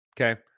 Okay